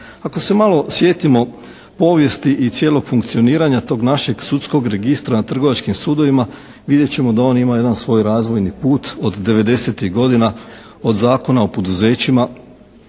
Ako se malo sjetimo povijesti i cijelog funkcioniranja tog našeg sudskog registra na trgovačkim sudovima vidjet ćemo da on ima jedan svoj razvojni put od 90-tih godina od Zakona o poduzećima